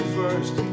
first